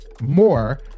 more